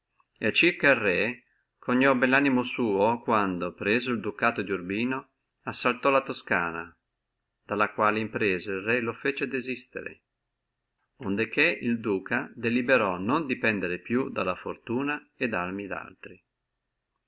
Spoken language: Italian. e circa el re conobbe lanimo suo quando preso el ducato di urbino assaltò la toscana dalla quale impresa el re lo fece desistere onde che il duca deliberò non dependere più dalle arme e fortuna di altri